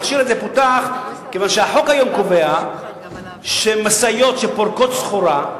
המכשיר הזה פותח כי החוק היום קובע שמשאיות שפורקות סחורה,